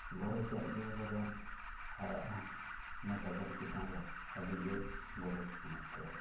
ᱜᱚᱨᱚᱡᱟᱜ ᱜᱤᱭᱟ ᱵᱟᱜᱟᱱ ᱟᱭᱟᱜ ᱦᱚᱸ ᱚᱱᱟ ᱵᱟᱜᱟᱱ ᱪᱮᱛᱟᱱ ᱨᱮ ᱟᱹᱰᱤ ᱡᱚᱨ ᱜᱚᱨᱚᱡᱽ ᱢᱮᱱᱟᱜ ᱛᱟᱭᱟ